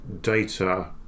data